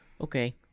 Okay